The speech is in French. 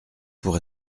pour